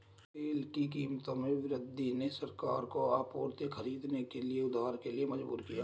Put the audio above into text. तेल की कीमतों में वृद्धि ने सरकारों को आपूर्ति खरीदने के लिए उधार के लिए मजबूर किया